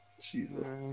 Jesus